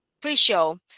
pre-show